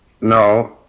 No